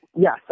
Yes